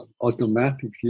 automatically